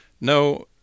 No